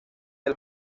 del